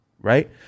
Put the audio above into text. right